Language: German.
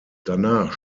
danach